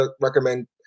recommend